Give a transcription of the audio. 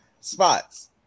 Spots